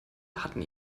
hatten